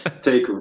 take